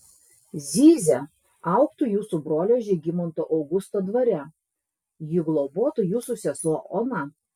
zyzia augtų jūsų brolio žygimanto augusto dvare jį globotų jūsų sesuo ona